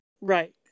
right